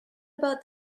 about